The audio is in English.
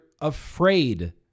afraid